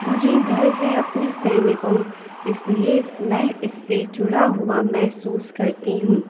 मुझे गर्व है अपने सैनिकों इसलिए मैं इससे जुड़ा हुआ महसूस करती हूँ